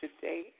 today